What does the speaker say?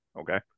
okay